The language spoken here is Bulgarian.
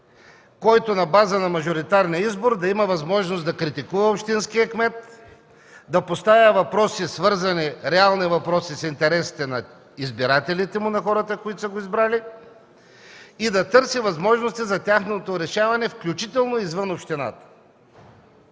който на база на мажоритарен избор да има възможност да критикува общинския кмет, да поставя реални въпроси свързани с интересите на избирателите му, на хората, които са го избрали, и да търси възможности за тяхното решаване, включително и извън общината.